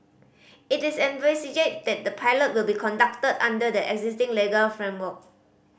it is envisaged that the pilot will be conducted under the existing legal framework